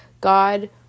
God